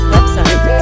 Website